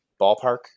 ballpark